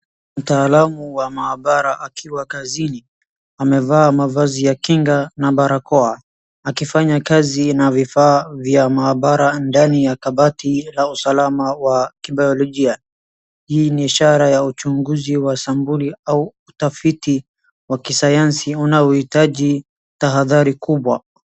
Mtaalamu wa maabara akiwa kazini, amevaa mavazi ya kinga na barakoa akifanya kazi na vifaa vya maabara ndani la kabati la usalama wa kibayolojia. Hii ni ishara ya uchunguzi wa sampuli au utafiti wa kisayansi unaohitaji tahadhari kubwa.